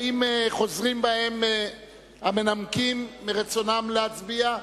האם חוזרים בהם המנמקים מרצונם להצביע?